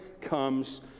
comes